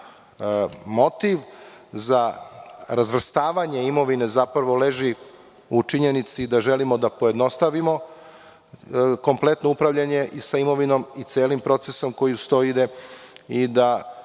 za razvrstavanje imovine zapravo leži u činjenici da želimo da pojednostavimo kompletno upravljanje sa imovinom i celim procesom koji uz to ide i da